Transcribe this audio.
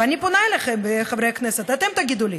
ואני פונה אליכם, חברי הכנסת: תגידו לי,